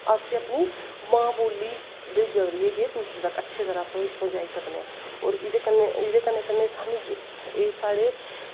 असें अपनी मां बोली दे जरिये गै तुस अपनी अच्छी तरां पुज़ाई सकदे ओ और एह्दे कन्नै कन्नै साह्नू एह् साढ़े